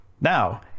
Now